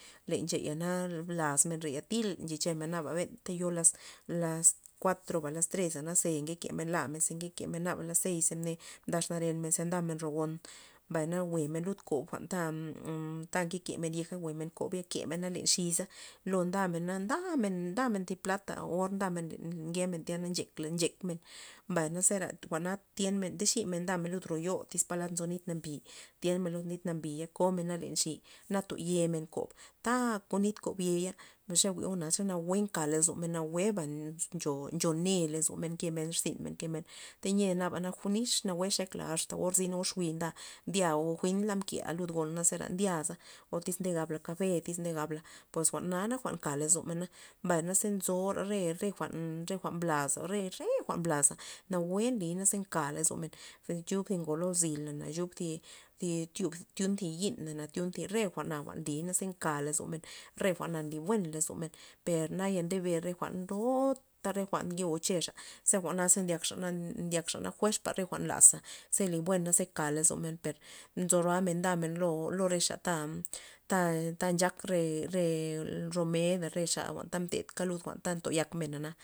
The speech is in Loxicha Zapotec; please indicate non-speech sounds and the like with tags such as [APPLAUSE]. Le ncheya na laz men reya thil nche chemen benta yo las las kuatroba las treza ze nke men la men ze mke naba las seis ze mne exnaren men, ndamen ro gon, mbay na jwue'men lud kob jwa'nta [HESITATION] mke kemen yeja jwe'men koba ya kemena len zisa lo ndamen ndamenn' thi plata or nda polad nkemen nchek men nchek men mbay na zera jwa'na thien men nde ximen lud ro yo' tyz polad nzo nit nambi thien men lud nit nambin komena len xi na to yemen kob ta kon nit kob ye'ya mbay ze jwi'o xe nawue nkala lozomen nawue ba ncho ne lozomen nkemen zin nkemen tayia naba nix nawue xekla asta or zyn or xiu' nda ndya o jwi'nla mkea lud gon zera ndyaza tyz nde gab la kafe tyz nde gabla pues jwa'na jwa'n nka lozomen na mbay na iz nzo re- re jwa'n re jwa'n mblaza re re jwa'n mblaza nawue nly za nka lozomen nchub thi ngo lo zyl le chub thi thi tyun zi yi'na tyun re jwa'na jwa'n nliy naza nka lozomen re jwa'na nly buen lozomen per naya ndebe re jwa'n chopa re jwa'n nke gozexa par jwa'naza ndyak xa ndyak xa fuerzpa jwa'n laza nly buena ze ka lozomen per nzo roamen ndamen lo xa ta ta- ta nchak re- re- re romeda re xa ta mtedka jwa'n ta ndyak mena.